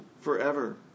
forever